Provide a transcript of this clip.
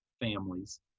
families